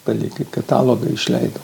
palik ir katalogą išleidau